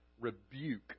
rebuke